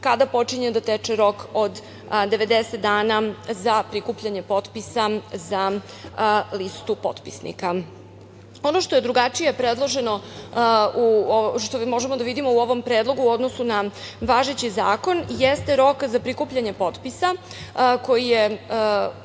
kada počinje da teče rok od 90 dana za prikupljanje potpisa za listu potpisnika. Ono što je drugačije predloženo, što možemo da vidimo u ovom predlogu u odnosu na važeći zakon jeste rok za prikupljanje potpisa koji je